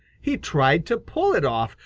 he tried to pull it off,